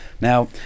now